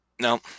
No